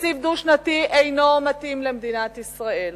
תקציב דו-שנתי אינו מתאים למדינת ישראל.